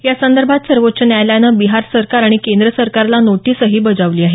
या संदर्भात सर्वोच्च न्यायालयानं बिहार सरकार आणि केंद्र सरकारला नोटीसही बजावली आहे